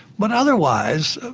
but otherwise,